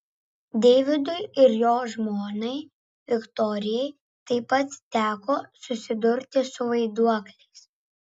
deividui ir jo žmonai viktorijai taip pat teko susidurti su vaiduokliais